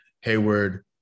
Hayward